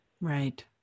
Right